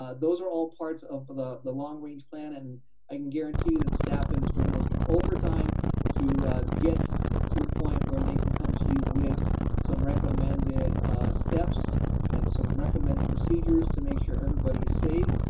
ah those are all parts of the the long range plan and i can guarantee that staff and has been working overtime to get to a point where they can come to you with some recommended steps and some recommended procedures to make sure everybody is safe.